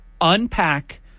unpack